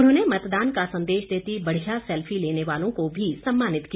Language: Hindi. उन्होंने मतदान का संदेश देती बढ़िया सैल्फी लेने वालों को भी सम्मानित किया